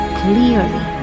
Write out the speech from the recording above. clearly